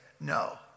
no